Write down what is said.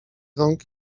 rąk